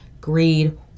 greed